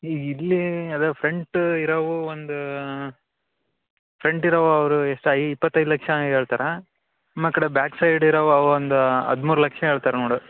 ಈ ಇಲ್ಲಿ ಅದು ಫ್ರಂಟ್ ಇರೋವು ಒಂದು ಫ್ರಂಟ್ ಇರೋವು ಅವ್ರು ಎಷ್ಟು ಐ ಇಪ್ಪತೈದು ಲಕ್ಷ ಹೇಳ್ತಾರೆ ಮಾ ಕಡೆ ಬ್ಯಾಕ್ ಸೈಡ್ ಇರೋವು ಅವು ಒಂದು ಹದಿಮೂರು ಲಕ್ಷ ಹೇಳ್ತಾರೆ ನೋಡು